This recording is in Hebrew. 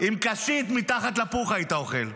עם קשית מתחת לפוך היית אוכל.